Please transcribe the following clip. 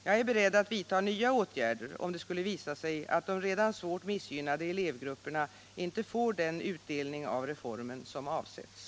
Jag är beredd att vidta nya åtgärder, om det skulle visa sig att de redan svårt missgynnade elevgrupperna inte får den utdelning av reformen som avsetts.